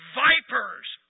vipers